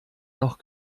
noch